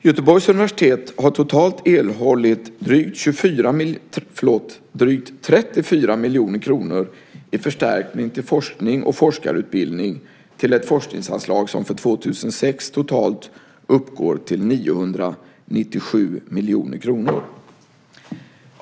Göteborgs universitet har totalt erhållit drygt 34 miljoner kronor i förstärkning till forskning och forskarutbildning till ett forskningsanslag som för 2006 totalt uppgår till 997 miljoner kronor.